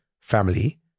family